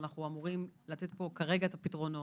ואנחנו אמורים לתת פה כרגע את הפתרונות,